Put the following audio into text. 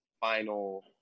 final